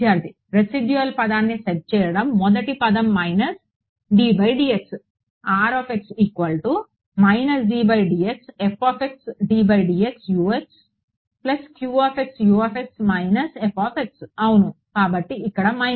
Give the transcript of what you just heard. విద్యార్థి రెసిడ్యుల్ పదాన్ని సెట్ చేయడం మొదటి పదం మైనస్ d బై dx అవును కాబట్టి ఇక్కడ మైనస్ ఉంది